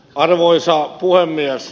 arvoisa puhemies